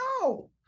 no